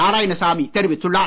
நாராயணசாமி தெரிவித்துள்ளார்